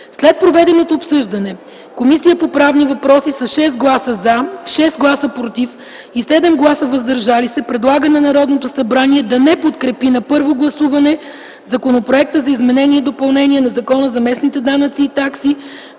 След проведеното обсъждане Комисията по правни въпроси с 6 гласа „за”, 6 гласа „против” и 7 гласа „въздържали се” предлага на Народното събрание да не подкрепи на първо гласуване Законопроекта за изменение и допълнение на Закона за местните данъци и такси,